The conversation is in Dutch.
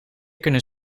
kunnen